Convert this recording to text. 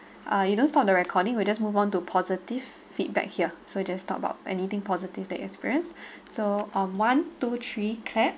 uh you don't stop the recording we just move on to positive feedback here so just talk about anything positive that experience so um one two three clap